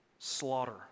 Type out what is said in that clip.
slaughter